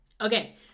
Okay